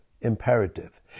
imperative